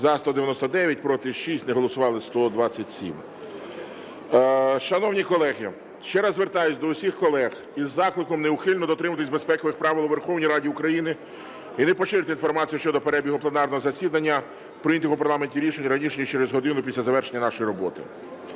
За-199 Проти – 6, не голосували – 127. Шановні колеги, ще раз звертаюсь до усіх колег із закликом неухильно дотримуватись безпекових правил у Верховній Раді України і не поширювати інформацію щодо перебігу пленарного засідання, прийнятих у парламенті рішень раніше ніж через годину після завершення нашої роботи.